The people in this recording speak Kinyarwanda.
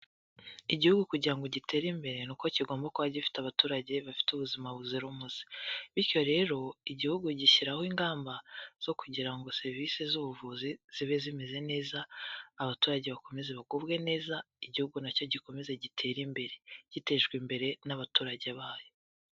Igihugu kugira ngo gitere imbere ni uko kigomba kuba gifite abaturage bafite ubuzima buzira umuze, bityo rero igihugu gishyiraho ingamba zo kugira ngo serivise z'ubuvuzi zibe zimeze neza abaturage bakomeze bagubwe neza igihugu nacyo gikomeze gitere imbere gitejwe imbere n'abaturage bayo.